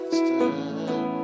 stand